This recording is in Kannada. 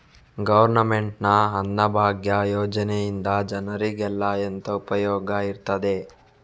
ಗವರ್ನಮೆಂಟ್ ನ ಅನ್ನಭಾಗ್ಯ ಯೋಜನೆಯಿಂದ ಜನರಿಗೆಲ್ಲ ಎಂತ ಉಪಯೋಗ ಇರ್ತದೆ?